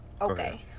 Okay